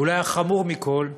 ואולי החמור מכול,